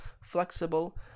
flexible